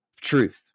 truth